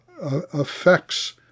affects